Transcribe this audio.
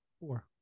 four